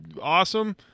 awesome